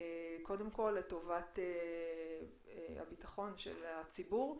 קודם כל לטובת ביטחון הציבור.